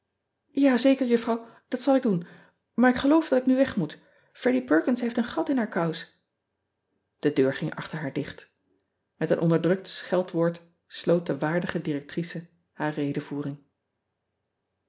zeker uffrouw dat zal ik doen aar ik geloof dat ik nu weg moet reddie erkins heeft een gat in haar kous e deur ging achter haar dicht et een onderdrukt scheldwoord sloot de waardige directrice haar